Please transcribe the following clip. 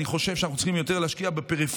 אני חושב שאנחנו צריכים יותר להשקיע בפריפריה,